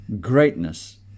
greatness